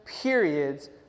periods